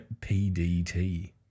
PDT